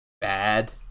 Bad